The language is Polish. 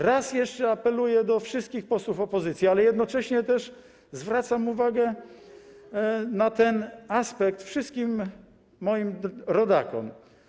Raz jeszcze apeluję do wszystkich posłów opozycji, ale jednocześnie też zwracam uwagę na ten aspekt wszystkim moim rodakom.